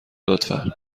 لطفا